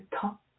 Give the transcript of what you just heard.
top